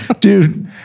dude